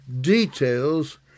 details